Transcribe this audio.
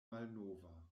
malnova